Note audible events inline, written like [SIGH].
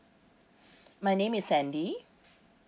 [BREATH] my name is sandy